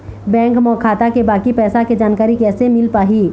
Bank म खाता के बाकी पैसा के जानकारी कैसे मिल पाही?